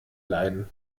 leiden